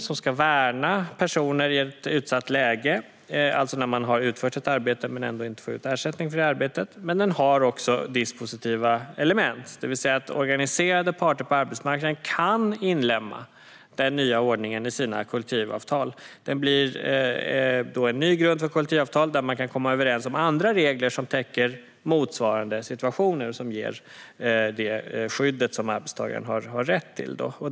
Den ska värna personer som är i ett utsatt läge i och med att de har utfört ett arbete men ändå inte får ut ersättning för det. Men lagstiftningen har också dispositiva element; organiserade parter på arbetsmarknaden kan inlemma den nya ordningen i sina kollektivavtal. Det blir då en ny grund för kollektivavtal, där man kan komma överens om andra regler som täcker motsvarande situationer och ger det skydd som arbetstagaren har rätt till.